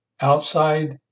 outside